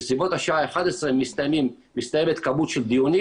בסביבות שעה 11:00 מסתיימת כמות של דיונים,